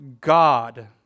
God